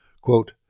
Quote